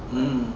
mm